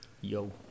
yo